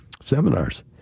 seminars